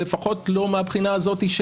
לפחות לא מהבחינה הזאת.